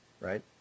right